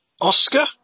Oscar